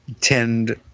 tend